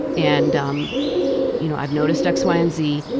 and um you know i've noticed x, y and z.